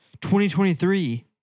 2023